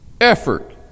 effort